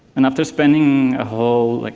and after spending a whole, like,